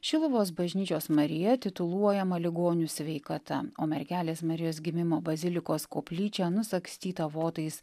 šiluvos bažnyčios marija tituluojama ligonių sveikata o mergelės marijos gimimo bazilikos koplyčia nusagstytą votais